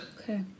okay